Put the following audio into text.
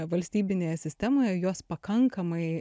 valstybinėje sistemoje juos pakankamai